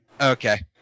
Okay